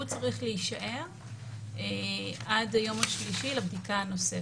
הוא צריך להישאר עד היום השלישי לבדיקה הנוספת.